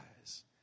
eyes